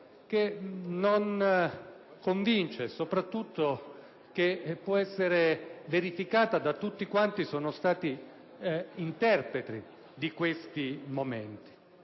che non convince e, soprattutto, che può essere verificata da tutti coloro sono stati interpreti di questi momenti.